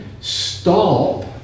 stop